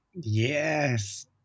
Yes